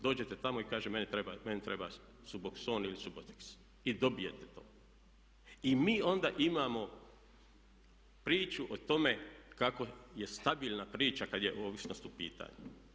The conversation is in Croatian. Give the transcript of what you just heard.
Dođete tamo i kažete meni treba subokson ili suboteks i dobijete to i mi onda imamo priču o tome kako je stabilna priča kad je ovisnost u pitanju.